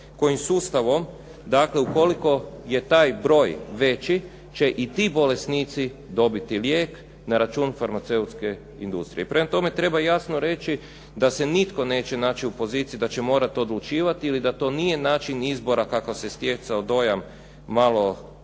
kojim sustavom dakle, ukoliko je taj broj veći će i ti bolesnici dobiti lijek na račun farmaceutske industrije. Prema tome treba jasno reći da se nitko neće naći u poziciji da će morati odlučivati ili da to nije način izbora kakav se stjecao dojam, malo jednome,